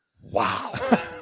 Wow